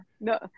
No